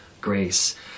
grace